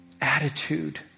attitude